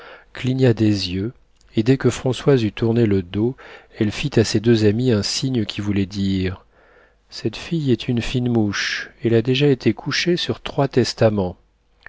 cligna des yeux et dès que françoise eut tourné le dos elle fit à ses deux amies un signe qui voulait dire cette fille est une fine mouche elle a déjà été couchée sur trois testaments